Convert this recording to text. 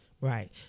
right